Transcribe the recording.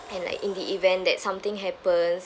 and like in the event that something happens